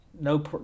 no